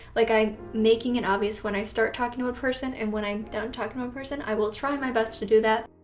like i'm making it obvious when i start talking to a person and when i'm done talking to a person i will try my best to do that.